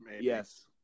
Yes